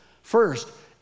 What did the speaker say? first